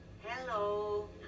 Hello